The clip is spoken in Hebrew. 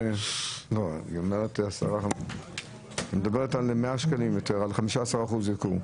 את מדברת על 100 שקלים יותר אם זה 15% ייקור.